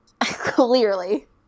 clearly